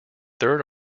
third